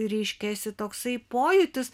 reiškiasi toksai pojūtis